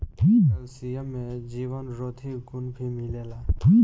calcium में जीवरोधी गुण भी मिलेला